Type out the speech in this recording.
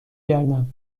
گردم